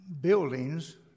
buildings